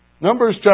Numbers